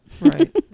Right